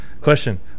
Question